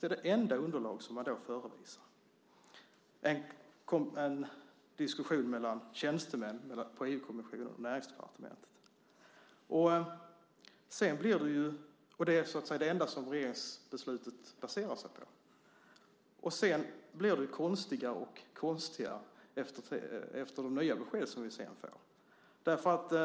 Det är det enda underlag som man förevisar, en diskussion mellan tjänstemän på EU-kommissionen och Näringsdepartementet. Det är det enda som regeringsbeslutet baserar sig på. Efter de nya besked som vi får blir det sedan konstigare och konstigare.